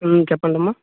చెప్పండమ్మ